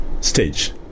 stage